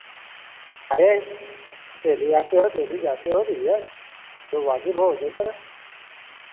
अरे डेली आते हो डेली जाते हो भैया जो वाज़िव हो वो दे देना